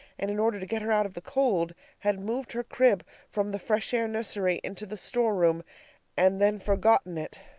and in order to get her out of the cold, had moved her crib from the fresh air nursery into the store room and then forgotten it.